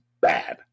bad